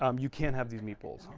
um you can't have these meatballs.